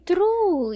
True